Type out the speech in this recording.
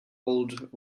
old